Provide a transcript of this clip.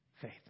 Faith